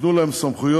והוקנו להם סמכויות